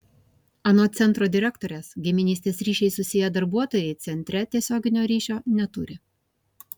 anot centro direktorės giminystės ryšiais susiję darbuotojai centre tiesioginio ryšio neturi